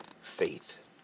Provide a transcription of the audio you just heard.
faith